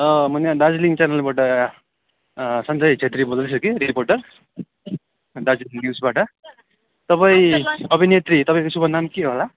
म यहाँ दार्जिलिङ च्यानलबाट सन्जय छेत्री बोल्दैछु कि रिपोर्टर दार्जिलिङ न्युजबाट तपाईँ अभिनेत्री तपाईँको शुभनाम के होला